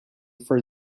for